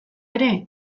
ere